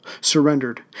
surrendered